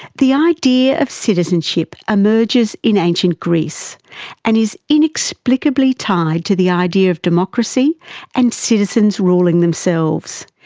the idea of citizenship emerges in ancient greece and is inexplicably tied to the idea of democracy and citizens ruling themselves.